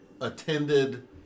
attended